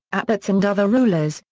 abbots and other rulers,